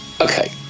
okay